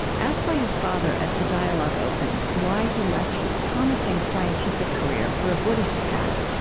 asked by his father, as the dialogue opens, why he left his promising scientific career for a buddhist path,